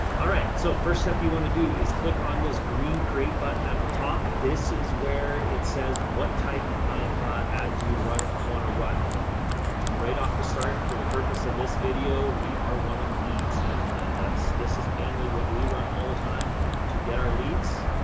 all right. so first step you want to do is click on this green create button at the top. this is where it says, what type of a ad do you want to run right off the start for the purpose of this video, we are wanting leads and that's, this is mainly what we run all the time to get our leads.